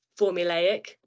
formulaic